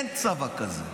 אין צבא כזה.